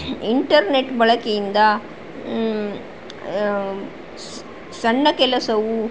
internet ಬಳಕೆಯಿಂದ ಸಣ್ಣ ಕೆಲಸವು